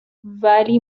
ولی